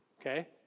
okay